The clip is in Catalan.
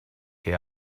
que